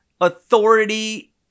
authority